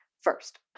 First